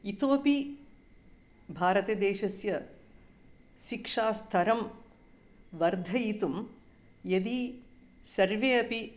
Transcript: इतोऽपि भारतदेशस्य शिक्षास्तरं वर्धयितुं यदि सर्वे अपि